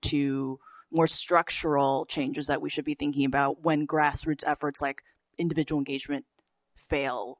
to more structural changes that we should be thinking about when grassroots efforts like individual engagement fail